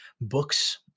books